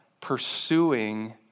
pursuing